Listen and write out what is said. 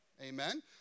Amen